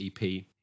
EP